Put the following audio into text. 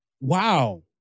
Wow